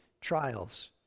trials